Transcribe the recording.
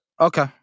Okay